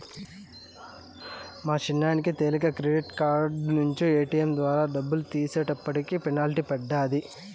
మా సిన్నాయనకి తెలీక క్రెడిట్ కార్డు నించి ఏటియం ద్వారా డబ్బులు తీసేటప్పటికి పెనల్టీ పడ్డాది